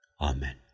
Amen